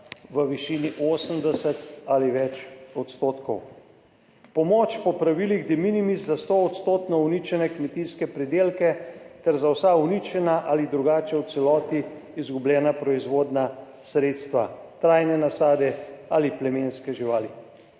v višini 80 % ali več, pomoč po pravilih de minimis za 100-odstotno uničene kmetijske pridelke ter za vsa uničena ali drugače v celoti izgubljena proizvodna sredstva, trajne nasade ali plemenske živali,